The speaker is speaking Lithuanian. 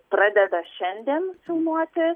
pradeda šiandien filmuoti